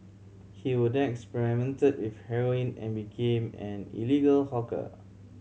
he will then experimented with heroin and became an illegal hawker